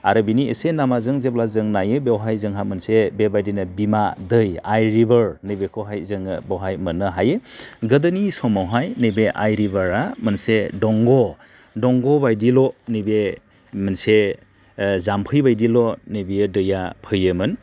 आरो बिनि एसे लामाजों जेब्ला जों नायो बेवहाय जोंहा मोनसे बेबायदिनो बिमा दै आइ रिभार नैबेखौहाय जोङो बहाय मोननो हायो गोदोनि समावहाय नैबे आइ रिभारा मोनसे दंग' दंग' बायदिल' नैबे मोनसे जामफैबायदिल' नैबेयो दैआ फैयोमोन